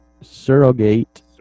surrogate